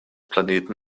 planeten